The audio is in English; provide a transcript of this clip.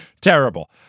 Terrible